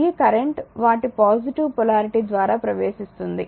ఈ కరెంట్ వాటి positive polarity ద్వారా ప్రవేశిస్తుంది